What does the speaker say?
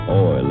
Oil